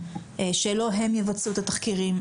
שלא הם יבצעו את התחקירים,